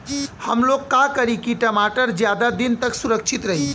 हमलोग का करी की टमाटर ज्यादा दिन तक सुरक्षित रही?